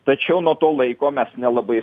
tačiau nuo to laiko mes nelabai